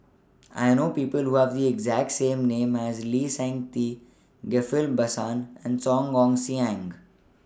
I know People Who Have The exact name as Lee Seng Tee Ghillie BaSan and Song Ong Siang